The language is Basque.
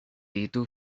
ditu